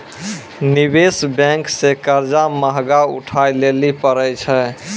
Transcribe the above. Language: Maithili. निवेश बेंक से कर्जा महगा उठाय लेली परै छै